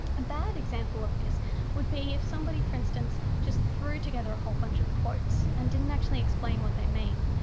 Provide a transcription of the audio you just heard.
a bad example of this would be if somebody for instance just threw together a whole bunch of quotes and didn't actually explain what they mean.